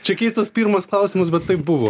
čia keistas pirmas klausimas bet taip buvo